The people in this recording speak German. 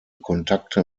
kontakte